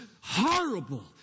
horrible